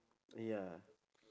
ya